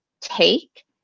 take